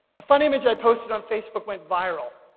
a fun image i posted on facebook went viral.